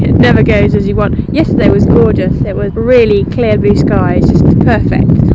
and never goes as you want. yesterday was gorgeous. it was really clear, blue sky. just perfect.